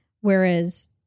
whereas